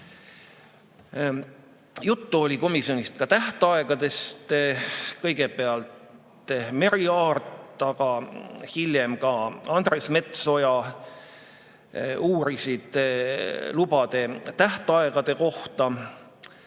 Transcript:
Juttu oli komisjonis ka tähtaegadest. Kõigepealt Merry Aart, aga hiljem ka Andres Metsoja uuris lubade tähtaegade kohta.